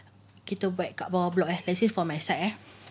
kita buat kat bawah block ya let's say for my side ah